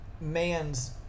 man's